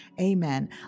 Amen